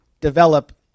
develop